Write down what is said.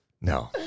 No